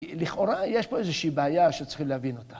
לכאורה יש פה איזושהי בעיה שצריכים להבין אותה.